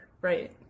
Right